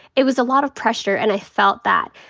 it was a lot of pressure. and i felt that.